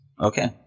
Okay